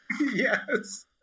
yes